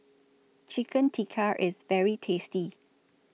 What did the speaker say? Chicken Tikka IS very tasty